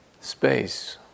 space